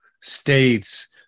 states